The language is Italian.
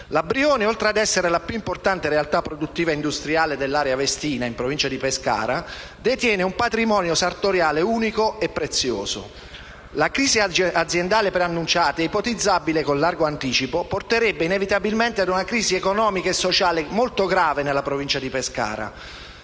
La Brioni, oltre ad essere la più importante realtà produttiva industriale dell'area vestina della provincia di Pescara, detiene un patrimonio sartoriale unico e prezioso. La crisi aziendale, preannunciata e ipotizzabile con largo anticipo, porterebbe inevitabilmente ad una crisi economica e sociale molto grave nella provincia di Pescara.